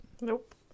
nope